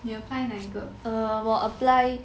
你 apply 哪一个